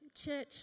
Church